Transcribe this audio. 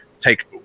take